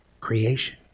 creation